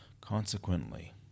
Consequently